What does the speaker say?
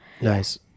nice